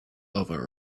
over